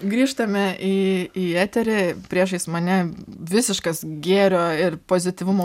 grįžtame į į eterį priešais mane visiškas gėrio ir pozityvumo